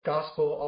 Gospel